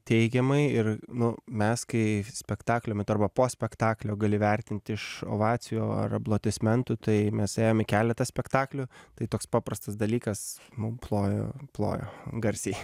teigiamai ir nu mes kai spektaklio metu arba po spektaklio gali vertint iš ovacijų ar aplodismentų tai mes ėjom į keletą spektaklių tai toks paprastas dalykas mum plojo plojo garsiai